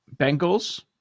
Bengals